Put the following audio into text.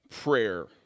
prayer